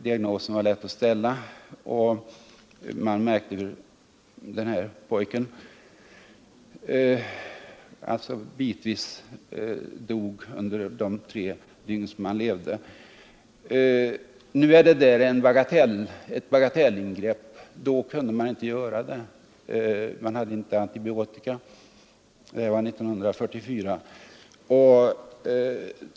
Diagnosen var lätt att ställa, och man märkte hur pojken bitvis dog under de tre dygn som han fortfarande levde. För att klara ett sådant fall krävs det nu ett bagatellingrepp. Då kunde man inte göra det, eftersom man inte hade antibiotika. Det var år 1944.